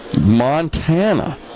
Montana